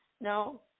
No